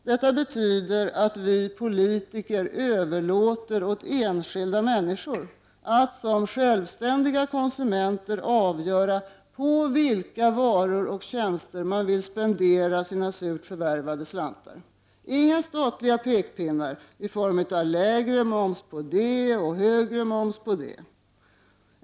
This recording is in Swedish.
Detta innebär att vi politiker överlåter åt enskilda människor att som självständiga konsumenter avgöra på vilka varor och tjänster de vill spendera sina surt förvärvade slantar — inga statliga pekpinnar i form av lägre moms på en del och högre moms på annat.